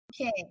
Okay